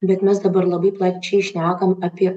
bet mes dabar labai plačiai šnekam apie